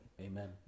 amen